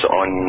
on